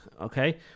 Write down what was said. Okay